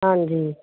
ਹਾਂਜੀ